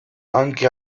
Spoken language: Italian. anche